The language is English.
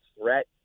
threat